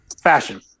fashion